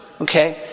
Okay